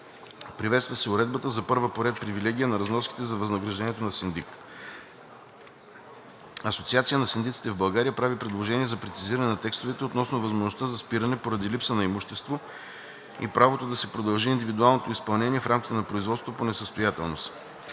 Приветства се уредбата за първа по ред привилегия на разноските за възнаграждението на синдик. Асоциацията на синдиците в България прави предложения за прецизиране на текстовете относно възможността за спиране поради липса на имущество и правото да се продължи индивидуалното изпълнение в рамките на производството по несъстоятелност.